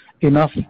enough